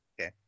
Okay